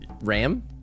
ram